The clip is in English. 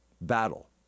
battle